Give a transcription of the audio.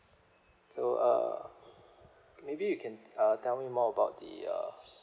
so uh maybe you can uh tell me more about the uh